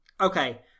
Okay